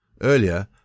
Earlier